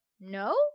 no